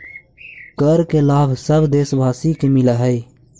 कर के लाभ सब देशवासी के मिलऽ हइ